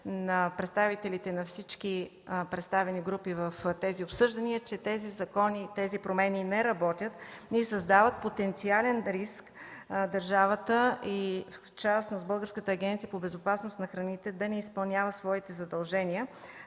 на представителите на всички представени групи в тези обсъждания е, че тези закони и промени не работят и създават потенциален риск държавата и в частност Българската агенция по безопасност на храните да не изпълняват своите задължения.